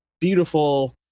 beautiful